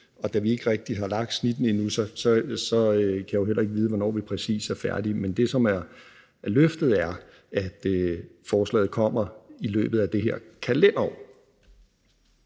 og da vi ikke rigtig har lagt snittene endnu, kan jeg jo heller ikke vide, hvornår vi præcis er færdige. Men det, som er løftet, er, at forslaget kommer i løbet af det her kalenderår.